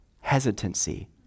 hesitancy